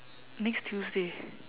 next tuesday